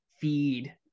feed